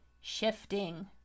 shifting